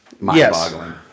mind-boggling